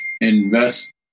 invest